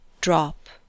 drop